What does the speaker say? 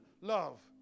love